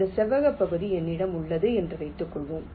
இந்த செவ்வக பகுதி என்னிடம் உள்ளது என்று வைத்துக்கொள்வோம்